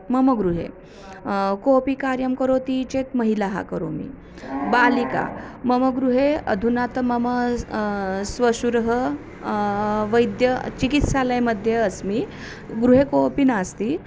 मम गृहे कोपि कार्यं करोति चेत् महिलाः करोमि बालिका मम गृहे अधुना मम श्वशुरः वैद्यचिकित्सालयमध्ये अस्मि गृहे कोपि नास्ति